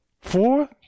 Four